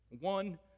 one